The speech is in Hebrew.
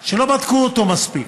שלא בדקו אותו מספיק